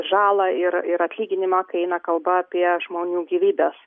žalą ir ir atlyginimą kai eina kalba apie žmonių gyvybes